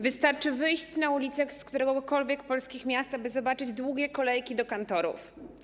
Wystarczy wyjść na ulicę któregokolwiek z polskich miast, aby zobaczyć długie kolejki do kantorów.